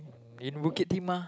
in Bukit-Timah